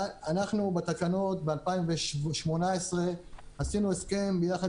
אנחנו בתקנות ב-2018 עשינו הסכם ביחד